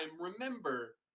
remember